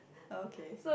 okay